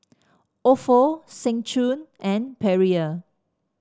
Ofo Seng Choon and Perrier